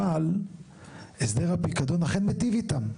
אבל הסדר הפיקדון אכן מיטיב איתם,